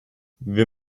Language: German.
wir